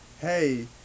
hey